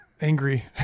angry